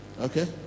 Okay